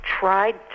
tried